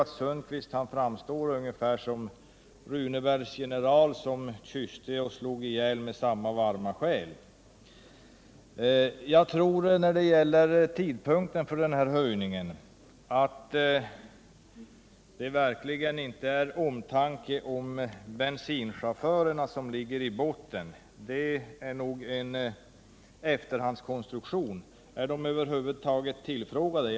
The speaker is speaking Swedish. Tage Sundkvist framstår på något sätt som Runebergs general som kysste och slog ihjäl med samma varma själ. Jag tror verkligen inte att det är omtanke om bensinchaufförerna som ligger i botten när det gäller tidpunkten för höjningen av bensinskatten — det är nog en efterhandskonstruktion. Är de över huvud taget tillfrågade?